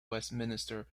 westminster